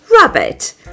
Rabbit